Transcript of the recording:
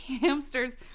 hamsters